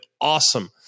awesome